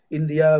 India